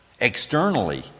Externally